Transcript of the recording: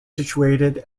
situated